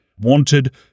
Wanted